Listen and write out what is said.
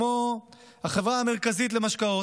כמו החברה המרכזית למשקאות,